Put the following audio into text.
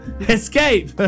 escape